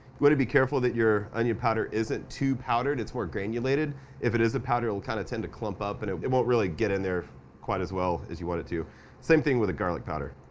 wanna be careful that your onion powder isn't too powdered it's more grainulated if it is a powder it'll kinda tend to clup up and it it wont really get in there quite as well as you want it to same thing with the garlic powder